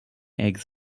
eggs